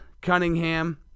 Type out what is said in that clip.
Cunningham